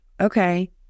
Okay